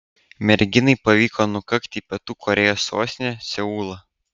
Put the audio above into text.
merginai pavyko nukakti į pietų korėjos sostinę seulą